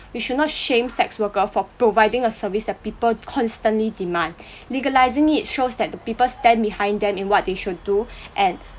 we should not shame sex worker for providing a service that people constantly demand legalising it shows that the people stand behind them in what they should do and